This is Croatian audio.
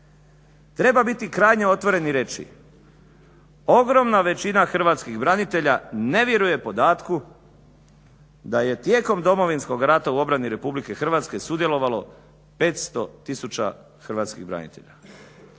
Treba biti krajnje otvoren i reći ogromna većina hrvatskih branitelja ne vjeruje podatku da je tijekom Domovinskog rata u obrani RH sudjelovalo 500000 hrvatskih branitelja